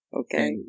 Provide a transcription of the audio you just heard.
okay